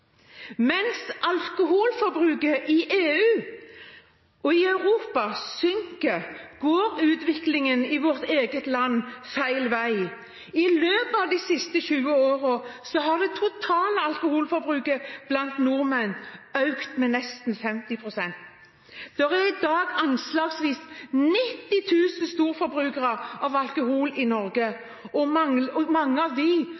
Mens alkoholforbruket i EU og Europa synker, går utviklingen i vårt eget land feil vei. I løpet av de siste 20 årene har det totale alkoholforbruket blant nordmenn økt med nesten 50 pst. Det er i dag anslagsvis 90 000 storforbrukere av alkohol i Norge, og mange flere enn det har andre helseproblemer i tillegg. Omfanget av